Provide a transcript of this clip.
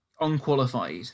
unqualified